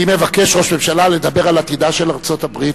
אם מבקש ראש ממשלה לדבר על עתידה של ארצות-הברית,